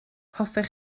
hoffech